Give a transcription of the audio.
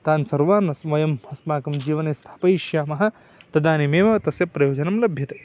तान् सर्वानस् वयम् अस्माकं जीवने स्थापयिष्यामः तदानीमेव तस्य प्रयोजनं लभ्यते